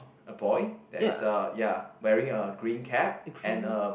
a boy that is a ya wearing a green cap and a